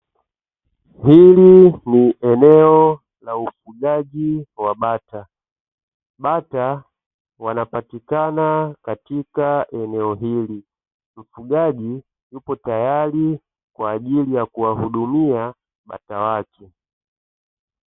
Hili ni eneo la ufugaji wa bata. Bata wanapatika katika eneo hili, mfugaji yupo tayari kwa ajili ya kuwahudumia bata wake.